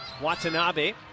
Watanabe